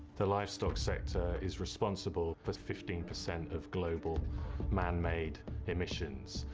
the livestock sector is responsible for fifteen percent of global man-made emissions.